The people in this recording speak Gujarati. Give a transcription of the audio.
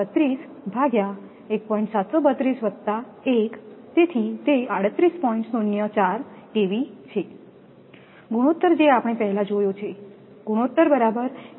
૦4 Kv છે ગુણોત્તર જે આપણે પહેલા જોયો છે ગુણોત્તર બરાબર થશે